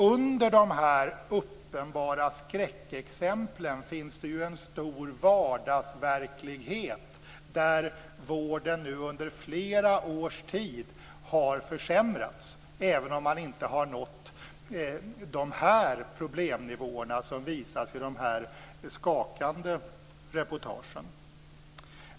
Under dessa uppenbara skräckexempel finns nämligen en stor vardagsverklighet där vården under flera års tid har försämrats, även om man inte nått de problemnivåer som visas i de skakande reportagen.